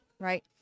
right